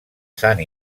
sant